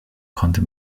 konnte